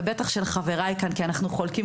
ובטח של חבריי כאן כי אנחנו חולקים,